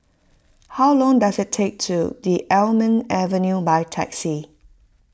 how long does it take to the Almond Avenue by taxi